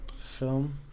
film